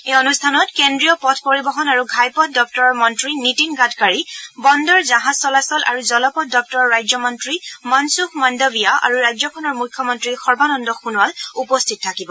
এই অনুষ্ঠানত কেন্দ্ৰীয় পথ পৰিবহন আৰু ঘাইপথ দপ্তৰৰ মন্ত্ৰী নীতিন গাডকাৰী বন্দৰ জাহাজ চলাচল আৰু জলপথ দপ্তৰৰ ৰাজ্যমন্ত্ৰী মনসুখ মন্দৱিয়া আৰু ৰাজ্যখনৰ মুখ্যমন্ত্ৰী সৰ্বানন্দ সোণোৱাল উপস্থিত থাকিব